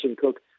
Cook